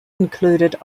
included